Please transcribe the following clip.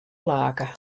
lake